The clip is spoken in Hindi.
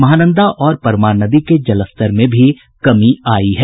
महानंदा और परमान नदी के जलस्तर में भी कमी आयी है